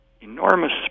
enormous